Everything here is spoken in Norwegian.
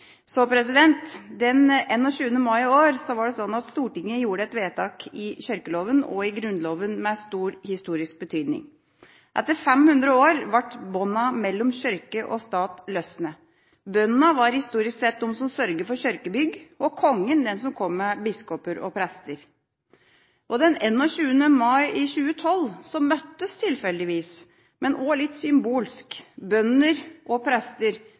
Så er det sånn at jeg kan ikke gå fra denne salen uten å ha nevnt noe om Kirken. Den 21. mai i år gjorde Stortinget vedtak i kirkeloven og i Grunnloven med stor historisk betydning. Etter 500 år ble båndene mellom kirke og stat løsnet. Bøndene var historisk sett de som sørget for kirkebygg, og Kongen var den som kom med biskoper og prester. Den 21. mai i 2012 møttes tilfeldigvis, men også litt symbolsk, bønder og prester